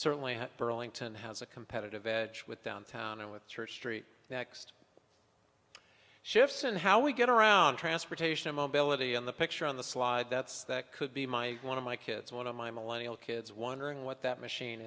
certainly burlington has a competitive edge with downtown and with church street next shifts in how we get around transportation mobility and the picture on the slide that's that could be my one of my kids one of my millennial kids wondering what that machine